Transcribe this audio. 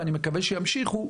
ואני מקווה שימשיכו,